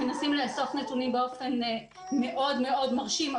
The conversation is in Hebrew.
שמנסים לאסוף נתונים באופן מאוד מאוד מרשים,